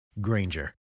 Granger